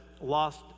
lost